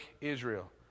Israel